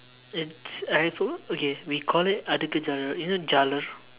it's I thought okay we call it adukku jaalar is it jaalar